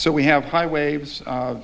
so we have high waves